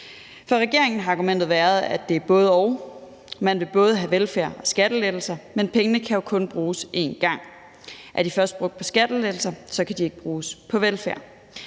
For regeringen har argumentet været, at det er både-og; man vil både have velfærd og skattelettelser. Men pengene kan jo kun bruges én gang. Er de først brugt på skattelettelser, kan de ikke bruges på velfærd.